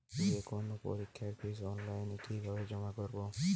যে কোনো পরীক্ষার ফিস অনলাইনে কিভাবে জমা করব?